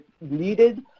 needed